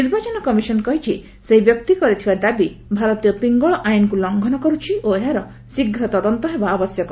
ନିର୍ବାଚନ କମିଶନ୍ କହିଛି ସେହି ବ୍ୟକ୍ତି କରିଥିବା ଦାବି ଭାରତୀୟ ପିଙ୍ଗଳ ଆଇନ୍କୁ ଲଂଘନ କରୁଚି ଓ ଏହାର ଶୀଘ୍ର ତଦନ୍ତ ହେବା ଆବଶ୍ୟକ